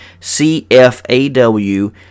cfaw